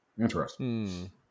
Interesting